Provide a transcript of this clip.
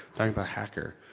talking of a hacker,